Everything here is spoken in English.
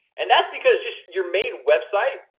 and that's because just your main website,